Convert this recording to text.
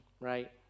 right